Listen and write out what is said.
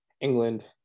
England